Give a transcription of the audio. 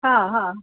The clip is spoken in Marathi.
हां हां